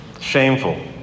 shameful